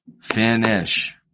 Finish